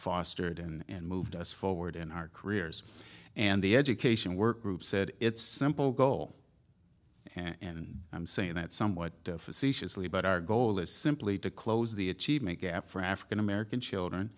fostered and moved us forward in our careers and the education work group said it's simple goal and i'm saying that somewhat facetiously but our goal is simply to close the achievement gap for african american children